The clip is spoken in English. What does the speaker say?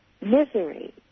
misery